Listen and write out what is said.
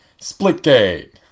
Splitgate